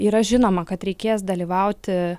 yra žinoma kad reikės dalyvauti